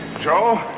joe?